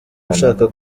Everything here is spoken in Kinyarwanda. ushaka